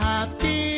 Happy